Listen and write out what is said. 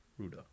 ruda